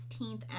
16th